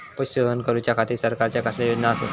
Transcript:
पशुसंवर्धन करूच्या खाती सरकारच्या कसल्या योजना आसत?